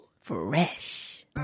Fresh